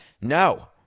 No